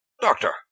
doctor